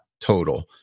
total